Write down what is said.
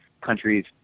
countries